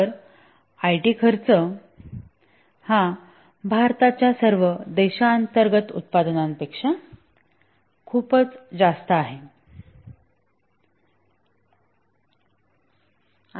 तर आयटी खर्च हा भारताच्या सर्व देशांतर्गत उत्पादनांपेक्षा खूपच जास्त आहे